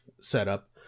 setup